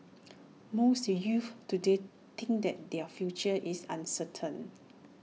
most youths today think that their future is uncertain